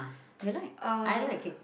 you like I like it